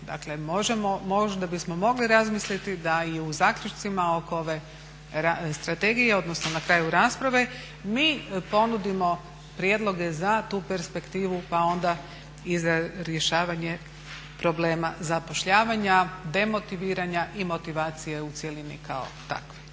Dakle možda bismo mogli razmisliti da i u zaključcima oko ove strategije odnosno na kraju rasprave mi ponudimo prijedloge za tu perspektivu pa onda i za rješavanje problema zapošljavanja, demotiviranja i motivacije u cjelini kao takve.